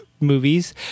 movies